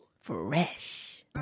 Fresh